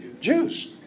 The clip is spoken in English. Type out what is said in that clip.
Jews